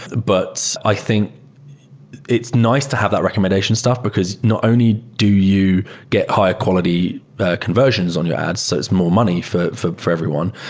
but i think it's nice to have that recommendation stuff, because not only do you get high-quality conversions on your ads so it's more money for for everyone,